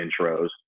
intros